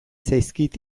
zaizkit